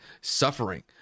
suffering